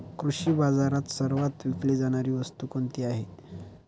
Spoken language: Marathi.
कृषी बाजारात सर्वात विकली जाणारी वस्तू कोणती आहे?